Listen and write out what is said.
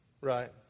Right